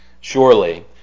Surely